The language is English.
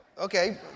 Okay